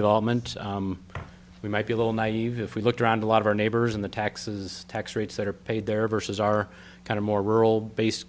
development we might be a little naive if we look around a lot of our neighbors in the taxes tax rates that are paid there versus our kind of more rural based